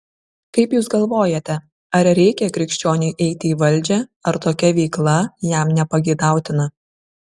kaip jūs galvojate ar reikia krikščioniui eiti į valdžią ar tokia veikla jam nepageidautina